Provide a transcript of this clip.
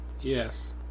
Yes